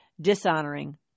dishonoring